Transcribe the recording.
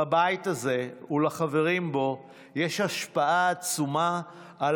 לבית הזה ולחברים בו יש השפעה עצומה על